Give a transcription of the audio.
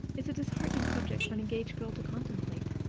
it's a disheartening subject for an engaged girl to contemplate.